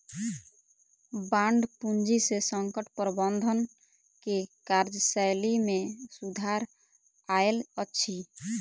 bond पूंजी से संकट प्रबंधन के कार्यशैली में सुधार आयल अछि